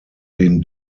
den